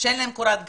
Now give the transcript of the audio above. שאין להם קורת גג.